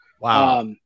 Wow